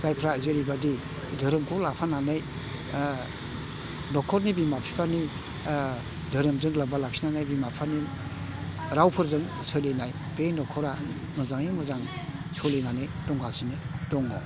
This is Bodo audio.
जायफ्रा जेरैबायदि धोरोमखौ लाफानानै न'खरनि बिमा बिफानि धोरोमजों लोब्बा लाखिनानै बिमा बिफानि रावफोरजों सोलिनाय बे न'खरा मोजाङै मोजां सलिनानै दंगासिनो दङ